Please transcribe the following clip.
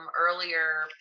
earlier